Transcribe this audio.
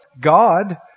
God